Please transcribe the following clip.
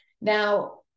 Now